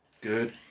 good